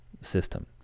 system